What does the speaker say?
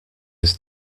his